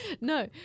no